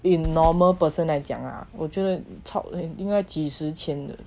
in normal person 来讲 ah 我觉得 chap 的应该几十千